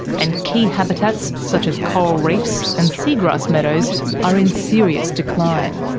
and key habitats such as coral reefs and seagrass meadows are in serious decline.